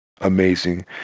amazing